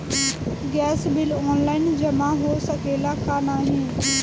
Gas bill online जमा हो सकेला का नाहीं?